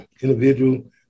individual